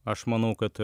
aš manau kad